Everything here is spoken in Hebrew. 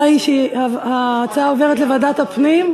ההצעה עוברת לוועדת הפנים.